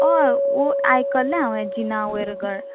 हय ओ आयकल्लें हांवें जिना वयर गड